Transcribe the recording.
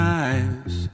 eyes